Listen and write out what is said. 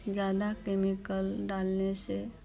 ज़्यादा केमिकल डालने से